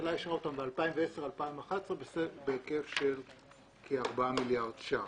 הממשלה אישרה אותן ב-2011-2010 בהיקף של כ-4 מיליארד שקלים.